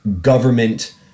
government